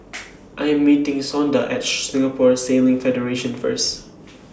I Am meeting Shonda At Singapore Sailing Federation First